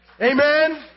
Amen